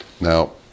Now